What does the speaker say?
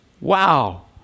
Wow